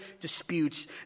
disputes